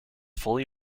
fully